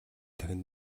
дахинд